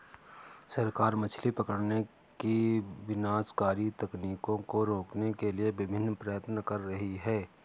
सरकार मछली पकड़ने की विनाशकारी तकनीकों को रोकने के लिए विभिन्न प्रयत्न कर रही है